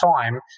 time